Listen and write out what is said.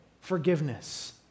forgiveness